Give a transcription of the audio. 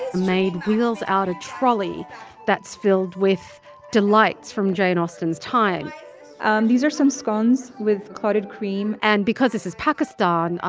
maid wheels out a trolley that's filled with delights from jane austen's time and these are some scones with clotted cream and because this is pakistan,